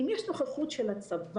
אם יש נוכחות של הצבא,